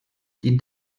dient